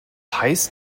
heißt